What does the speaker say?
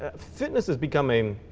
ah fitness has become a,